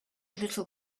little